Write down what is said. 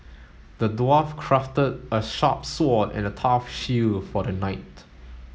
the dwarf crafted a sharp sword and a tough shield for the knight